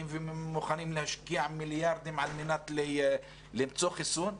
ומוכנים להשקיע מיליארדים על מנת למצוא חיסון,